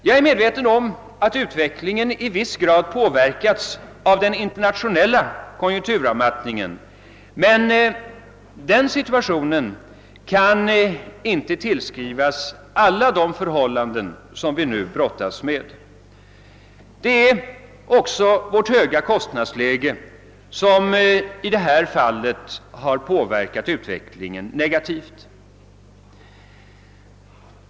Jag är medveten om att utvecklingen i viss grad påverkats av den internationella konjunkturavmattningen, men denna kan inte tillskrivas skulden för alla de svårigheter som vi nu brottas med. Också vårt höga kostnadsläge har i detta fall påverkat utvecklingen negativt.